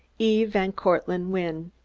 e. van cortlandt wynne.